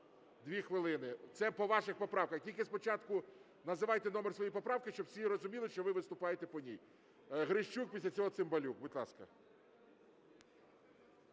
Дві хвилини, це по ваших поправках. Тільки спочатку називайте номер своєї поправки, щоб всі розуміли, що ви виступаєте по ній. Грищук, після цього Цимбалюк. Будь ласка.